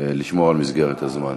לשמור על מסגרת הזמן.